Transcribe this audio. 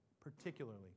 particularly